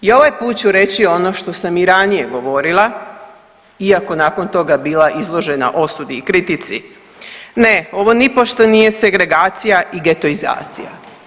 I ovaj put ću reći ono što sam i ranije govorila iako nakon toga bila izložena osudi i kritici, ne, ovo nipošto nije segregacija i getoizacija.